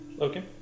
Okay